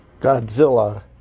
Godzilla